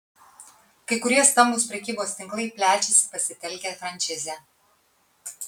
kai kurie stambūs prekybos tinklai plečiasi pasitelkę frančizę